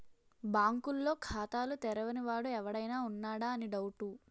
బాంకుల్లో ఖాతాలు తెరవని వాడు ఎవడైనా ఉన్నాడా అని డౌటు